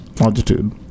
Longitude